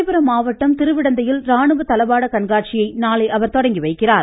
காஞ்சிபுரம் மாவட்டம் திருவிடந்தையில் ராணுவத் தளவாடக் கண்காட்சியை நாளை அவர் தொடங்கி வைக்கிறார்